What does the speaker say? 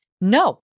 No